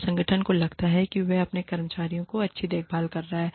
और संगठन को लगता है कि वह अपने कर्मचारियों की अच्छी देखभाल कर रहा है